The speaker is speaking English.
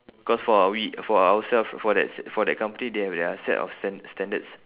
cause for we for ourself for that for that company they have their set of stan~ standards